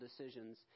decisions